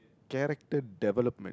character development